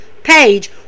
page